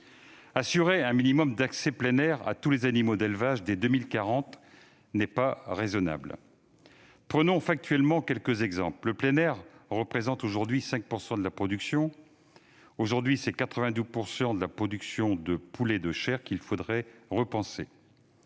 Assurer un minimum d'accès au plein air à tous les animaux d'élevage dès 2040 n'est pas raisonnable. Prenons quelques exemples factuels. Le plein air représente aujourd'hui 5 % de la production. Aujourd'hui, ce sont 82 % de la production de poulets de chair qu'il faudrait repenser.